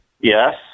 Yes